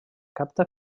capta